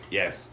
yes